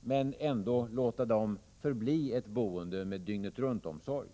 men ändå låta dem förbli sådana att de möjliggör ett boende med dygnet-runt-omsorg.